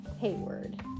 Hayward